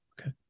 Okay